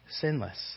sinless